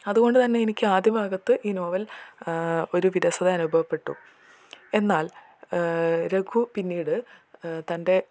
അതു കൊണ്ട് തന്നെ എനിക്ക് ആദ്യ ഭാഗത്ത് ഈ നോവൽ ഒരു വിരസത അനുഭവപ്പെട്ടു എന്നാൽ രഘു പിന്നീട് തൻ്റെ